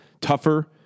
tougher